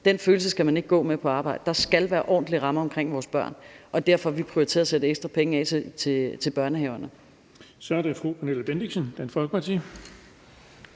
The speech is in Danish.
Den følelse skal man ikke gå med på arbejdet. Der skal være ordentlige rammer omkring vores børn, og derfor har vi prioriteret at sætte ekstra penge af til børnehaverne. Kl. 18:07 Den fg. formand (Erling Bonnesen): Så er